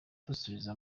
dusubiza